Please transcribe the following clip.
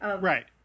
Right